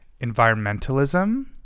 environmentalism